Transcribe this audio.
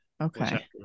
Okay